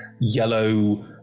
yellow